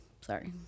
Sorry